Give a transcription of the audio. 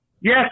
Yes